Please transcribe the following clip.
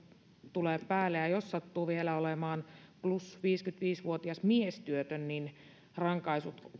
tulevat päälle ja jos sattuu vielä olemaan plus viisikymmentäviisi vuotias miestyötön niin rankaisut